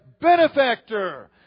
benefactor